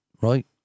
right